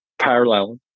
parallel